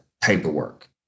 paperwork